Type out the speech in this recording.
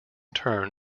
turn